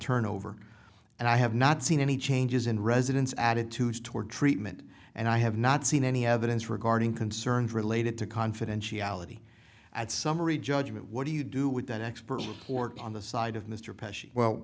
turnover and i have not seen any changes in residents attitudes toward treatment and i have not seen any evidence regarding concerns related to confidentiality and summary judgment what do you do with that expert's report on the side of mr